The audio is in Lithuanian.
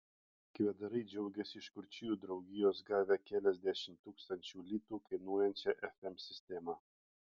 kvedarai džiaugiasi iš kurčiųjų draugijos gavę keliasdešimt tūkstančių litų kainuojančią fm sistemą